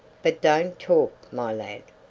but don't talk, my lad.